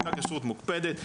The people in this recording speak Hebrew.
הייתה כשרות מוקפדת.